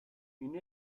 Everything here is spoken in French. une